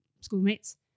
schoolmates